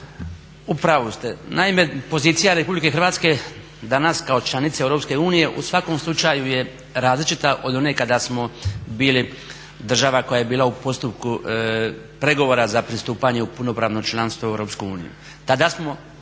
u pravu ste. Naime, pozicija RH danas kao članice EU u svakom slučaju je različita od one kada smo bili država koja je bila u postupku pregovora za pristupanje u punopravno članstvo u EU. Tada smo